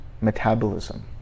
metabolism